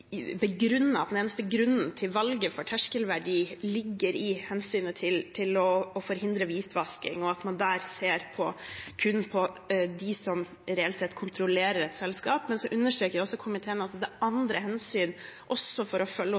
begrunne at den eneste grunnen for valget av terskelverdi er hensynet til å forhindre hvitvasking, og at man ser kun på dem som reelt sett kontrollerer et selskap. Men komiteen understreker at det er andre hensyn som også må tas, for å følge opp